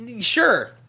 sure